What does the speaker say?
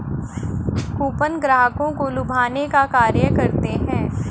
coupon ग्राहकों को लुभाने का कार्य करते हैं